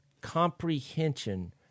comprehension